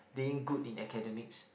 being good in academics